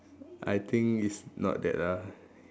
I think it's not that lah